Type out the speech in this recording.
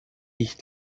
ich